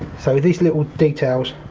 so, these little details